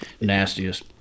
Nastiest